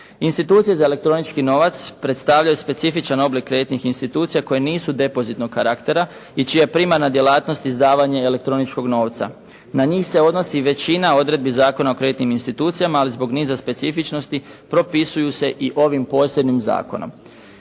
Institucije za elektronički novac predstavljaju specifičan oblik kreditnih institucija koje nisu depozitnog karaktera i čija je primarna djelatnost izdavanje elektroničkog novca. Na njih se odnosi većina odredbi Zakona o kreditnim institucijama, ali zbog niza specifičnosti propisuju se i ovim posebnim zakonom.